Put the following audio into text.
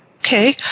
Okay